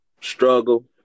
struggle